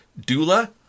doula